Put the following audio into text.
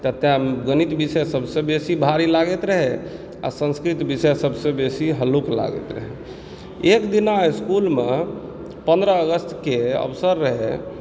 तऽ तैं गणित विषय सबसे भारी लागैत रहेय आ सांस्कृत विषय सबसे बेसी हल्लुक लागैत रहै एकदिना इसकुल मे पन्द्रह अगस्त के अवसर रहै